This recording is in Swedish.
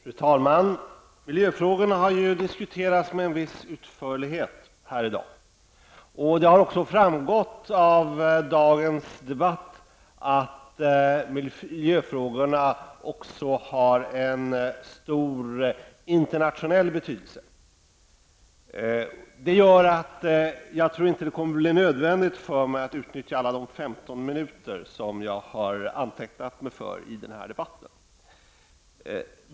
Fru talman! Miljöfrågorna har diskuterats med en viss utförlighet här i dag. Det har också framgått av dagens debatt att miljöfrågorna har stor internationell betydelse. Det gör att jag inte tror att det kommer att bli nödvändigt för mig att utnyttja alla de 15 minuter som jag har antecknat mig för i den här debatten.